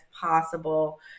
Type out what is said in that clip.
possible